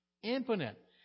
infinite